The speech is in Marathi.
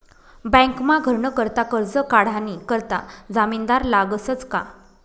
बँकमा घरनं करता करजं काढानी करता जामिनदार लागसच का